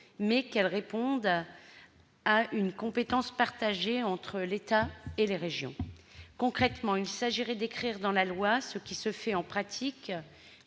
doit être une compétence partagée entre l'État et les régions. Concrètement, il s'agit d'inscrire dans la loi ce qui se fait en pratique,